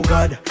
God